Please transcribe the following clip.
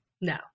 No